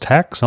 Tax